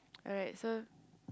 alright so